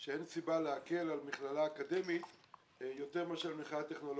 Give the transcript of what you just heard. שאין סיבה להקל על מכללה אקדמית יותר מאשר על מכללה טכנולוגית.